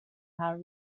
how